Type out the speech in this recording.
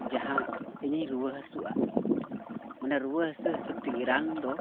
ᱡᱟᱦᱟᱸ ᱤᱧᱤᱧ ᱨᱩᱣᱟᱹ ᱦᱟᱹᱥᱩᱜᱼᱟ ᱢᱟᱱᱮ ᱨᱩᱣᱟᱹ ᱦᱟᱹᱥᱩ ᱦᱤᱥᱟᱹᱵᱽ ᱛᱮᱜᱮ ᱨᱟᱱ ᱫᱚ